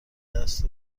دست